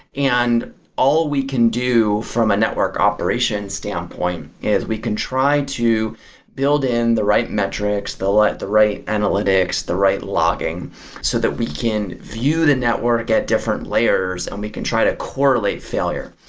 and all we can do from a network operation standpoint is we can try to build in the right metrics, the like the right analytics, the right logging so that we can view the network at different layers and we can try to correlate failure.